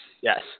yes